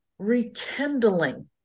rekindling